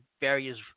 Various